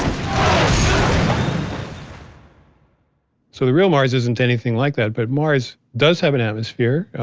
um so the real mars isn't anything like that, but mars does have an atmosphere,